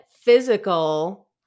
physical